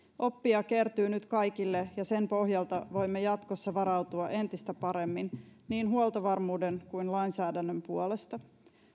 oppia kertyy nyt kaikille ja sen pohjalta voimme jatkossa varautua entistä paremmin niin huoltovarmuuden kuin lainsäädännön puolesta